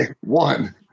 One